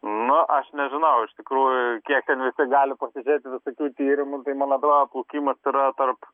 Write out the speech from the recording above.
nu aš nežinau iš tikrųjų kiek ten visi gali pasižiūrėti visokių tyrimų man atrodo plaukimas yra tarp